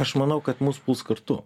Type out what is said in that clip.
aš manau kad mus puls kartu